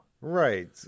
Right